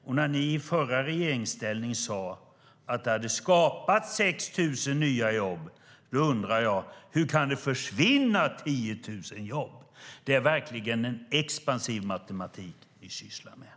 Med tanke på att ni tidigare, i regeringsställning, sade att det hade skapats 6 000 nya jobb undrar jag hur det kan försvinna 10 000 jobb? Det är verkligen en expansiv matematik ni sysslar med.